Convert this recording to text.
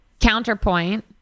counterpoint